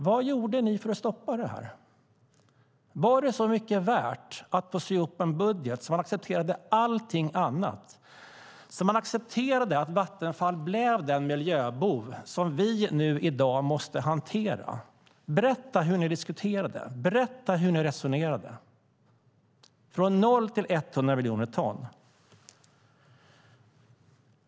Vad gjorde ni för att stoppa detta? Var det så mycket värt att få sy ihop en budget att ni accepterade allt annat, accepterade att Vattenfall blev den miljöbov som vi i dag måste hantera? Berätta hur ni diskuterade! Berätta hur ni resonerade! Från 0 till 100 miljoner ton!